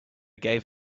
gave